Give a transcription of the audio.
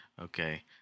Okay